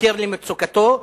מתנכר למצוקתו,